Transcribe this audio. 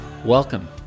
Welcome